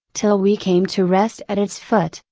till we came to rest at its foot,